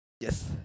Yes